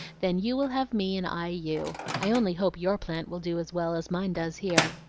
then you will have me, and i you. i only hope your plant will do as well as mine does here.